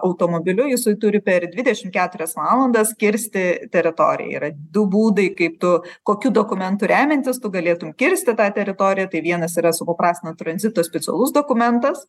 automobiliu jisai turi per dvidešim keturias valandas kirsti teritoriją yra du būdai kaip tu kokiu dokumentu remiantis tu galėtum kirsti tą teritoriją tai vienas yra supaprastino tranzito specialus dokumentas